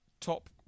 top